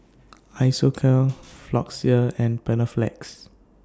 Isocal Floxia and Panaflex